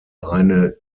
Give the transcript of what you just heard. eine